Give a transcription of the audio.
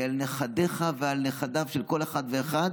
אלא על נכדיך ועל נכדיו של כל אחד ואחד,